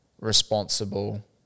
responsible